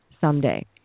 someday